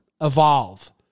evolve